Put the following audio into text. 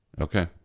Okay